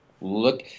look